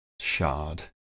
shard